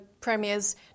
premiers